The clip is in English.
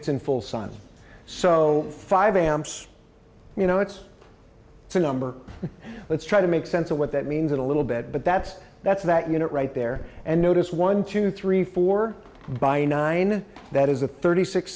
it's in full sun so five amps you know it's it's a number let's try to make sense of what that means in a little bit but that's that's that unit right there and notice one two three four by nine that is a thirty six